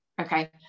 Okay